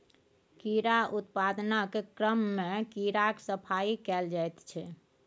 कीड़ा उत्पादनक क्रममे कीड़ाक सफाई कएल जाइत छै